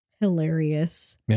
hilarious